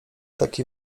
taki